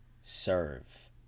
serve